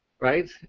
right